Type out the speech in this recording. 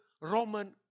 Roman